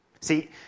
See